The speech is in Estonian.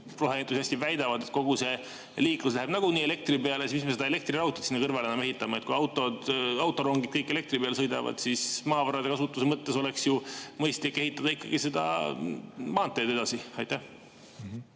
Roheentusiastid ju väidavad, et kogu liiklus läheb nagunii elektri peale. Mis me seda elektriraudteed sinna kõrvale siis enam ehitame. Kui autod ja autorongid kõik elektri peal sõidavad, siis maavarade kasutuse mõttes oleks ju mõistlik ehitada ikkagi seda maanteed edasi. Aitäh!